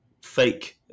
fake